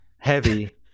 Heavy